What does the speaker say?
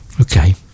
Okay